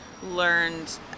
learned